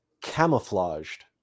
camouflaged